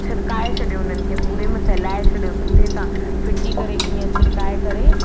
छिरकाए छॾियो उन्हनि खे पूरे में फैलाए छॾियो सुठे सां फिटी करे ईंअ छिरकाए करे